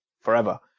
forever